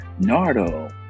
Nardo